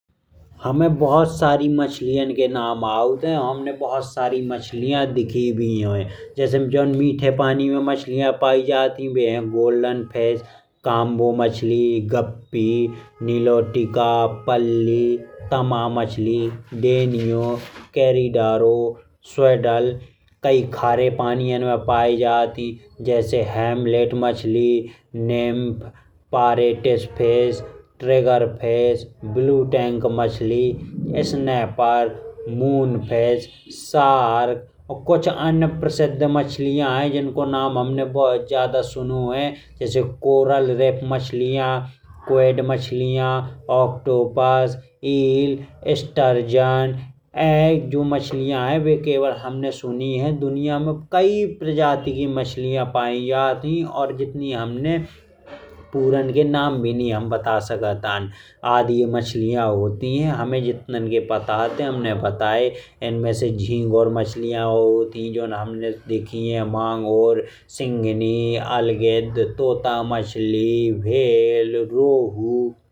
हमें बहुत सारी मछलियाँ की नाम आउत है हमने बहुत सारी मछलियाँ देखी भी हैं। जैसे जोन मीठे पानी में मछलियाँ पाइ जात ही वे हैं। गोल्डन फिश, काम्बो मछली, गप्पी, नीलोटिका, अप्पलि टामा मछली, देनियो, करिडारो, स्वीडल। कई खारे पानीयां में पाइ जात ही जैसे। हैमलेट मछली, हिम्भ, परेटिस fish, stranger fish, blue tank मछली, स्नैपर। मून फिश, शार्क और कुछ अन्य प्रसिद्ध मछलियाँ हैं जिनको नाम हमने बहुत ज़्यादा सुना है। जैसे कोरल रीफ मछलियाँ, क्विड मछलियाँ, ऑक्टोपस, ईल, स्टार्गेन। ये जो मछलियाँ हैं वे हमने केवल सुनी हैं कई प्रजातियाँ की मछलियाँ पाइ जात। ही और जितनी हमने पुराण के नाम भी नहीं बता सकते। आये आदि मछलियाँ होती हैं हमें जितना के पता होते। हमने बताए इनमें से झिंगुर मछलियाँ होत ही जोन हमने देखी हैं। मंगुर, सिंगनी, अलगिद्ध, तोता मछली, व्हेल, रोहु।